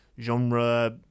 genre